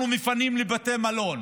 אנחנו מפנים לבתי מלון